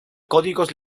códigos